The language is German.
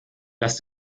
lass